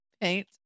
paint